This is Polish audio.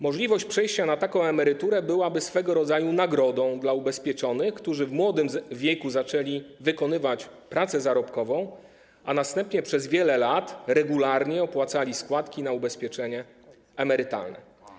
Możliwość przejścia na taką emeryturę byłaby swego rodzaju nagrodą dla ubezpieczonych, którzy w młodym wieku zaczęli wykonywać pracę zarobkową, a następnie przez wiele lat regularnie opłacali składki na ubezpieczenie emerytalne.